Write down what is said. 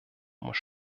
muss